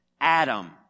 Adam